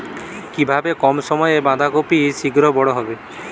কিভাবে কম সময়ে বাঁধাকপি শিঘ্র বড় হবে?